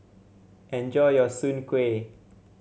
enjoy your Soon Kway